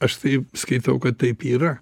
aš tai skaitau kad taip yra